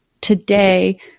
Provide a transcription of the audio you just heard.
today